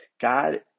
God